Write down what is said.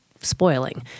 spoiling